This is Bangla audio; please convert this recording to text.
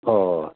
ও